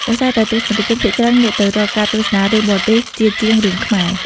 ដោយសារតែទស្សនិកជនភាគច្រើនងាកទៅរកការទស្សនារឿងបរទេសជាជាងរឿងខ្មែរ។